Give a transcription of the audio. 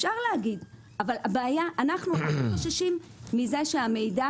אפשר לומר אך אנו חוששים מזה שהמידע